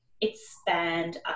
expand